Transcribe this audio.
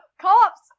cops